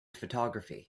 photography